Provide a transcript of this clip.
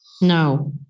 No